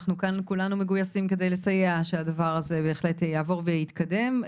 אנחנו כאן כולנו מגויסים כדי לסייע שהדבר הזה בהחלט יעבור ויתקדם.